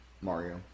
Mario